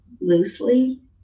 loosely